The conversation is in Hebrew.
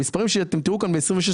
המספרים שתראו אותם ב-26',